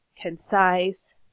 concise